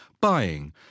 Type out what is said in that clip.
buying